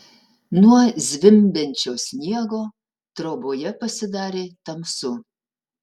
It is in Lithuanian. nuo zvimbiančio sniego troboje pasidarė tamsu